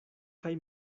kaj